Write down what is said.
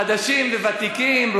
חדשים וותיקים.